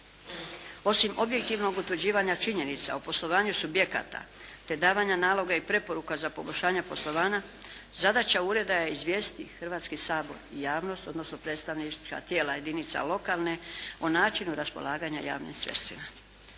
Osim objektivnog utvrđivanja činjenica o poslovanju subjekata te davanja naloga i preporuka za poboljšanje poslovanja zadaća Ureda je izvijestiti Hrvatski sabor i javnost odnosno predstavnička tijela jedinica lokalne o način u raspolaganja javnim sredstvima.